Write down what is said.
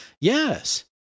Yes